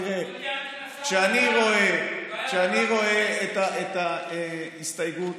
תראהף כשאני רואה את ההסתייגות